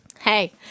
hey